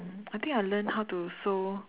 I think I learnt how to sew